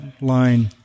line